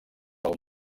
del